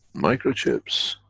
microchips